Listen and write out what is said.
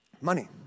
money